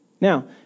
Now